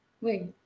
wait